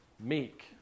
meek